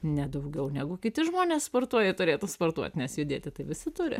nedaugiau negu kiti žmonės sportuoja turėtų sportuoti nes judėti tai visi turi